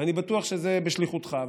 ואני בטוח שזה בשליחותך,